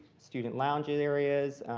student lounge and areas,